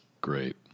great